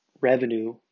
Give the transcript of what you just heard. revenue